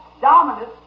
dominant